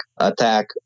attack